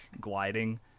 gliding